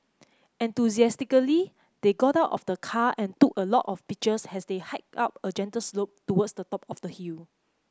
enthusiastically they got out of the car and took a lot of pictures as they hiked up a gentle slope towards the top of the hill